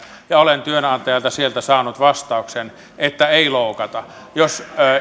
ja olen sieltä työnantajalta saanut vastauksen että ei loukata